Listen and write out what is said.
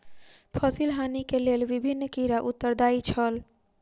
फसिल हानि के लेल विभिन्न कीड़ा उत्तरदायी छल